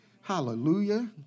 Hallelujah